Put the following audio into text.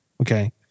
Okay